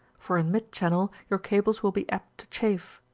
for in mid channel your cables wul be apt to chafe.